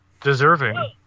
Deserving